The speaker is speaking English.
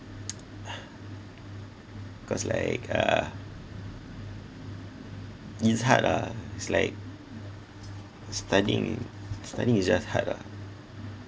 because like uh it's hard lah it's like studying studying is just hard ah